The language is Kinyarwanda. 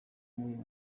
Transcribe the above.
b’uyu